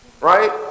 Right